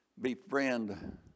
befriend